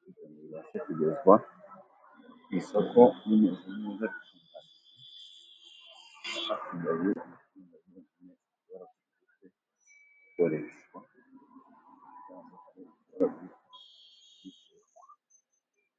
gutunganwa kugira ngo bize kugezwa ku isoko bimeze neza.